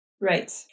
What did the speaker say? Right